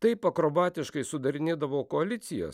taip akrobatiškai sudarinėdavo koalicijas